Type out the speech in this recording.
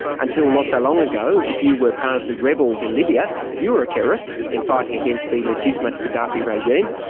until not so long ago, if you were part of the rebels in libya you were a terrorist, in fighting against the legitimate gaddafi regime.